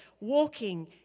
walking